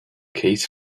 case